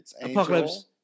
Apocalypse